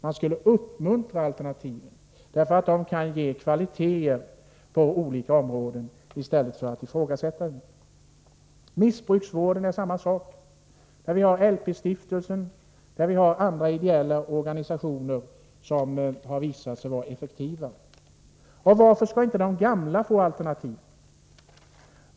Man skulle uppmuntra alternativen i stället för att ifrågasätta dem — de kan ge kvaliteter på olika områden. Det är samma sak med missbruksvården. Vi har där LP-stiftelsen och andra ideella organisationer som har visat sig vara effektiva. Varför skall inte de gamla få alternativ?